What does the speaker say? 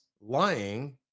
lying